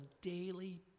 daily